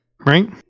Right